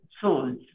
souls